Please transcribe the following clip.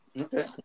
Okay